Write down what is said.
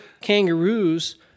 kangaroos